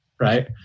right